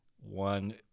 one